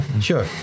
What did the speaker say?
sure